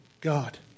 God